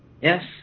Yes